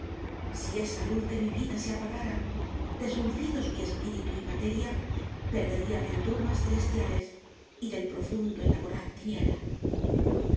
si esa luz de mi vida se apagara desuncidos espíritu y materia perderíame en brumas celestiales y del profundo en la voraz tiniebla